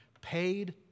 paid